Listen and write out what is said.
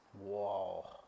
Whoa